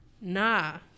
nah